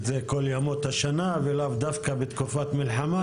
זה כל ימות השנה ולאו דווקא בתקופת מלחמה.